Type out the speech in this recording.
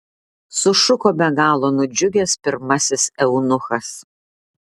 sušuko be galo nudžiugęs pirmasis eunuchas